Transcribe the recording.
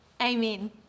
amen